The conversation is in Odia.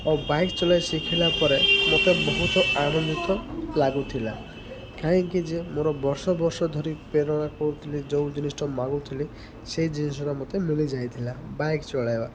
ଓ ବାଇକ୍ ଚଲାଇ ଶିଖିଲା ପରେ ମୋତେ ବହୁତ ଆନନ୍ଦିତ ଲାଗୁଥିଲା କାହିଁକି ଯେ ମୋର ବର୍ଷ ବର୍ଷ ଧରି ପ୍ରେରଣା କରୁଥିଲେ ଯେଉଁ ଜିନିଷଟା ମାଗୁଥିଲି ସେଇ ଜିନିଷଟା ମୋତେ ମିଳିଯାଇଥିଲା ବାଇକ୍ ଚଳାଇବା